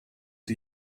die